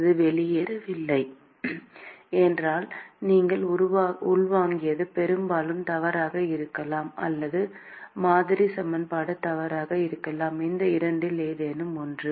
அது வெளியேறவில்லை என்றால் நீங்கள் உள்வாங்கியது பெரும்பாலும் தவறாக இருக்கலாம் அல்லது மாதிரி சமன்பாடு தவறாக இருக்கலாம் இந்த இரண்டில் ஏதேனும் ஒன்று